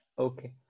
Okay